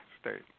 state